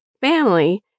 family